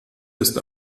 ist